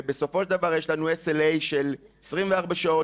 ובסופו של דבר יש לנו SLA של 24 שעות,